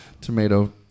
Tomato